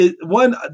one